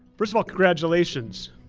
first of all, congratulations.